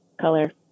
color